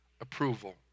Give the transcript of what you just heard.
approval